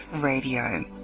Radio